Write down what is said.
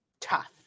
Tough